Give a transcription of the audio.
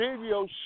video